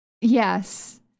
Yes